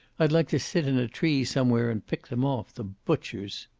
i'd like to sit in a tree somewhere and pick them off. the butchers!